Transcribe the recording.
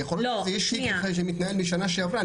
יכול להיות שיש תיק שמתנהל משנה שעברה,